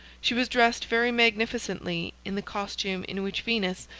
she was dressed very magnificently in the costume in which venus,